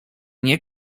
nie